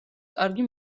კარგი